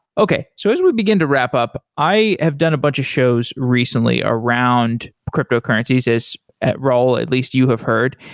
okay. so as we begin to wrap up, i have done a bunch of shows recently around cryptocurrencies, as raul, at least you have heard,